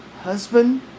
husband